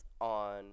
on